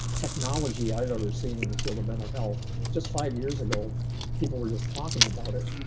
technology i've ever seen in the field of mental health. just five years ago people were just talking about it,